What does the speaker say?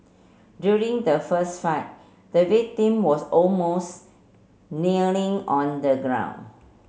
during the fist fight the victim was almost kneeling on the ground